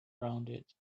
rounded